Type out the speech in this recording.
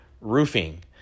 roofing